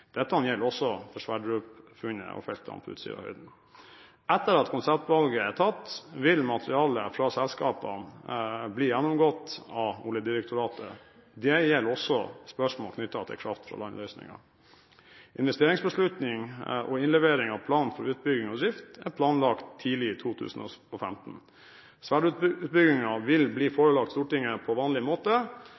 Dette gjelder også for Sverdrup-funnet og feltene på Utsirahøyden. Etter at konseptvalget er tatt, vil materialet fra selskapene bli gjennomgått av Oljedirektoratet. Det gjelder også spørsmålet knyttet til kraft fra land-løsningen. Investeringsbeslutning og innlevering av plan for utbygging og drift er planlagt tidlig i 2015. Sverdrup-utbyggingen vil bli forelagt Stortinget på vanlig måte,